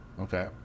Okay